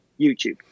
YouTube